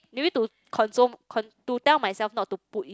you need to console con~ to tell myself not to put in